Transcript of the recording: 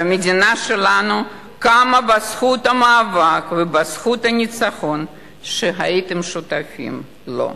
והמדינה שלנו קמה בזכות המאבק ובזכות הניצחון שהייתם שותפים לו.